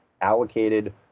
allocated